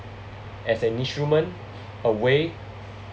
as an instrument a way